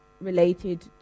related